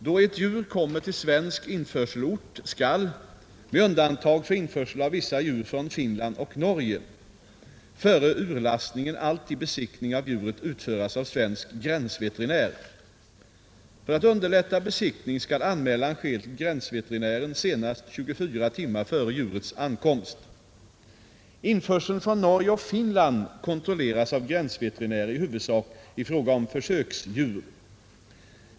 Då ett djur kommer till svensk införselort skall — med undantag för införsel av vissa djur från Finland och Norge — före urlastningen alltid besiktning av djuret utföras av svensk gränsveterinär. För att underlätta besiktning skall anmälan ske till gränsveterinären senast 24 timmar före djurets ankomst. Införseln från Norge och Finland kontrolleras av gränsveterinärer i huvudsak i fråga om försöksdjur.